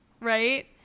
right